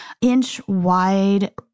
inch-wide